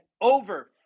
over